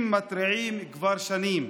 אם מתריעים כבר שנים,